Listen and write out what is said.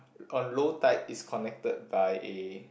on low tide is connected by a